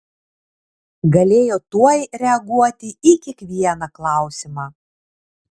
galėjo tuoj reaguoti į kiekvieną klausimą